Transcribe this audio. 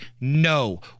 no